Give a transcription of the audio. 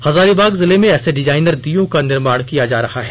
हजारीबाग जिले में ऐसे डिजाइनर दीयों का निर्माण किया जा रहा है